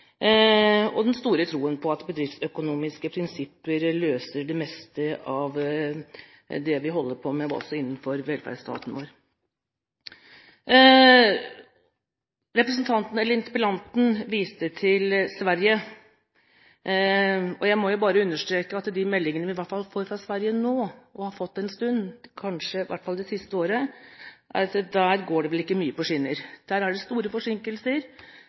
og de har stor tro på at bedriftsøkonomiske prinsipper løser det meste av det vi holder på med, også innenfor velferdsstaten vår. Interpellanten viste til Sverige. Jeg må bare understreke at de meldingene vi får fra Sverige nå, og som vi har fått en stund, i hvert fall det siste året, er at der går det vel ikke mye på skinner. Der er det store forsinkelser.